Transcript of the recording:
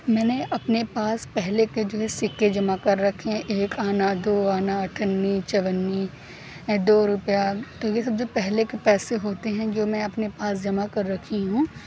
میں نے اپنے پاس پہلے کے جو ہے سکے جمع کر رکھے ہیں ایک آنہ دو آنہ اٹھنی چونی دو روپیہ یہ سب جو پہلے کے پیسے ہوتے ہیں جو میں اپنے پاس جمع کر رکھی ہوں